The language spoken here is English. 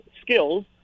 skills